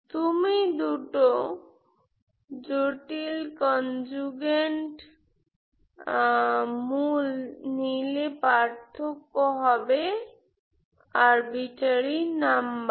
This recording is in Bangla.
তুমি দুটো ডিফিকাল্ট কনজুগেট রুট নিলে পার্থক্য হবে কল্পিত সংখ্যা